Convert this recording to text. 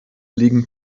liegen